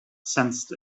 sensed